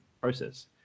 process